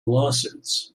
lawsuits